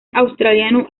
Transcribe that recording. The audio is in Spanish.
australiano